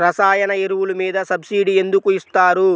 రసాయన ఎరువులు మీద సబ్సిడీ ఎందుకు ఇస్తారు?